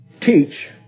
teach